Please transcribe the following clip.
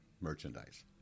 merchandise